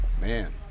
Man